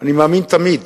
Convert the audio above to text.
אני מאמין תמיד